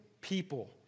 people